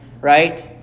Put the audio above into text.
Right